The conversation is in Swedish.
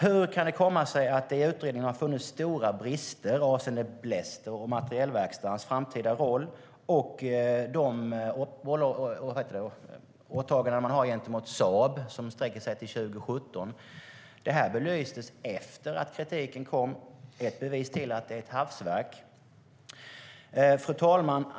Hur kan det komma sig att det i utredningen har funnits stora brister avseende bläster och materielverkstadens framtida roll och de åtaganden man har gentemot Saab, som sträcker sig till 2017? Detta belystes efter att kritik kom, vilket är ytterligare ett bevis på att det är ett hafsverk. Fru talman!